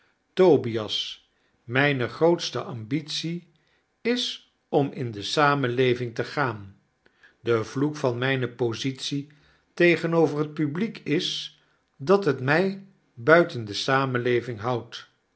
tobias myne grootste ambitie is om in de samenleving te gaan de vloek van mijne positie tegenover het publiek is dat het my buiten de samenleving houdt